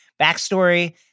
backstory